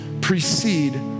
precede